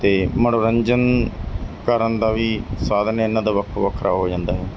ਅਤੇ ਮਨੋਰੰਜਨ ਕਰਨ ਦਾ ਵੀ ਸਾਧਨ ਇਹਨਾਂ ਦਾ ਵੱਖੋ ਵੱਖਰਾ ਹੋ ਜਾਂਦਾ ਹੈ